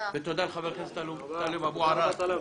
ותודה לחבר הכנסת טלב אבו עראר.